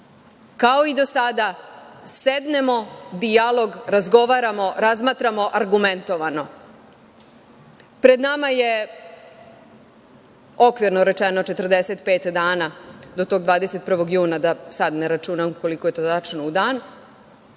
kao i do sada sednemo, dijalog, razgovaramo, razmatramo argumentovano. Pred nama je, okvirno rečeno, 45 dana do tog 21. juna da sada ne računam koliko je to tačno u dan,